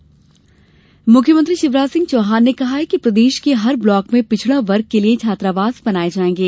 मुख्यमंत्री सतना मुख्यमंत्री शिवराज सिंह चौहान ने कहा है कि प्रदेश के हर ब्लॉक में पिछड़ावर्ग के लिये छात्रावास बनाये जायेंगे